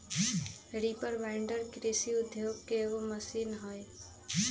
reaper binder कृषि उद्योग के एगो मशीन हई